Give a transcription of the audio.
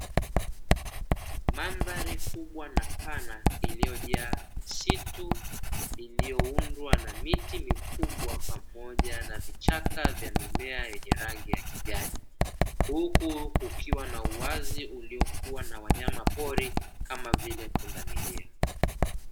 Mandhari kubwa na pana iliyojaa misitu iliyoundwa na miti mikubwa pamoja na vichaka vya mimea yenye rangi ya kijani, huku kukiwa na uwazi uliokuwa na wanyama pori kama vile pundamilia.